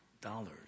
dollars